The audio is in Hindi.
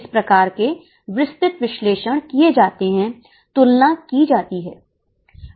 इस प्रकार के विस्तृत विश्लेषण किए जाते हैं तुलना की जाती हैं